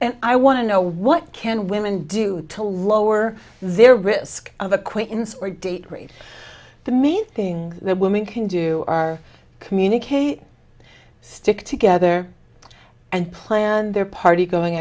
and i want to know what can women do to lower their risk of acquaintance or date rape the main thing that women can do are communicate stick together and plan their party going